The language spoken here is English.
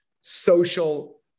social